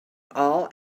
all